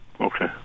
Okay